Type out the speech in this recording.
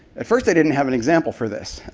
at first i didn't have an example for this,